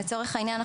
לצורך העניין,